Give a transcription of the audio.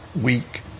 weak